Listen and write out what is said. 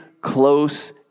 close